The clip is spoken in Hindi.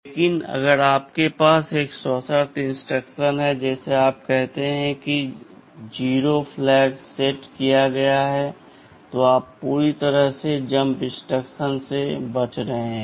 लेकिन अगर आपके पास एक सशर्त इंस्ट्रक्शन है जैसे आप कहते हैं कि यदि 0 फ्लैग सेट किया गया है तो आप पूरी तरह से जम्प इंस्ट्रक्शन से बच रहे हैं